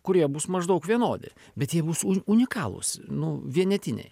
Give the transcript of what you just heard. kurie bus maždaug vienodi bet jie bus uni unikalūs nu vienetiniai